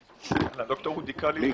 ד"ר אודי קלינר,